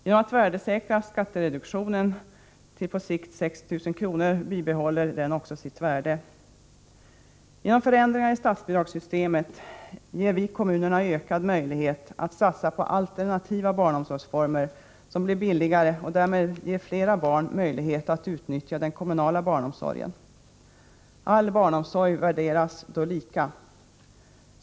Genom att värdesäkra skattereduktionen till på sikt 6 000 kr. ser man till att den bibehåller sitt värde. Via förändringar i statsbidragssystemet ger vi kommunerna ökad möjlighet att satsa på alternativa barnomsorgsformer som blir billigare och därmed ger fler barn möjlighet att utnyttja den kommunala barnomsorgen. All barnomsorg värderas då lika.